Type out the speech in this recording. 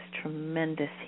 tremendous